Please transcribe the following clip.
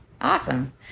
Awesome